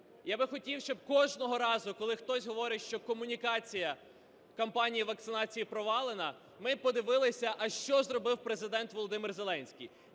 я би хотів, щоб кожного разу, коли хтось говорить, що комунікація, кампанія вакцинації провалена, ми б подивилися, а що зробив Президент Володимир Зеленський,